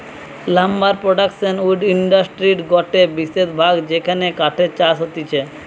lumber production wood ইন্ডাস্ট্রির গটে বিশেষ ভাগ যেখানে কাঠের চাষ হতিছে